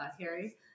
Harry